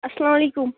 السَّلامُ علیکم